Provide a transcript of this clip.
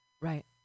Right